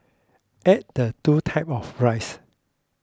add the two type of rice